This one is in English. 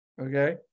okay